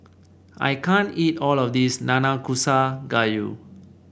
I can't eat all of this Nanakusa Gayu